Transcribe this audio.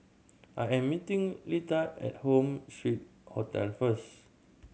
I am meeting Litha at Home Suite Hotel first